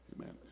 amen